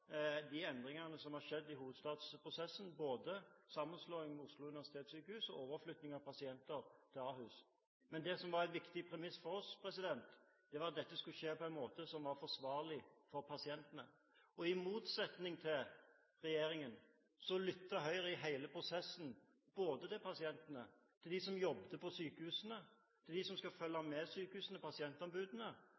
de endringene som har skjedd i hovedstadsprosessen, både sammenslåingen med Oslo universitetssykehus og overflyttingen av pasienter til Ahus. Men det som var et viktig premiss for oss, var at dette skulle skje på en måte som var forsvarlig for pasientene. I motsetning til regjeringen lyttet Høyre gjennom hele prosessen til pasientene, til dem som jobber på sykehusene, til dem som skal følge